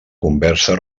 conversa